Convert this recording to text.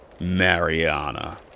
Mariana